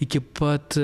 iki pat